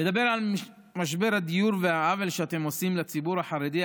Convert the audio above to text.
נדבר על משבר הדיור והעוול שאתם עושים לציבור החרדי,